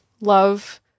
love